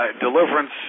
deliverance